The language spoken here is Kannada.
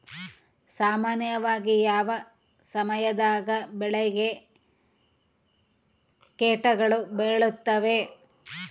ಸಾಮಾನ್ಯವಾಗಿ ಯಾವ ಸಮಯದಾಗ ಬೆಳೆಗೆ ಕೇಟಗಳು ಬೇಳುತ್ತವೆ?